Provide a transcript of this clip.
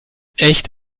echt